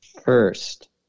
First